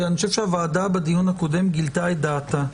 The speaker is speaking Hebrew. כי אני חושב שהוועדה בדיון הקודם גילתה את דעתה.